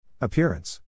Appearance